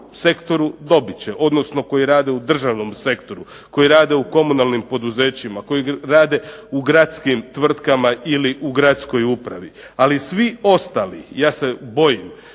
sektoru dobit će, odnosno koji rade u državnom sektoru, koji rade u komunalnim poduzećima, koji rade u gradskim tvrtkama ili u gradskoj upravi. Ali svi ostali ja se bojim